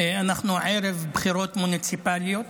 אנחנו ערב בחירות מוניציפליות.